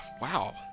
Wow